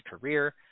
career